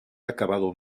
acabado